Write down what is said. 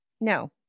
No